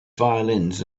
violins